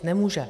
Nemůže.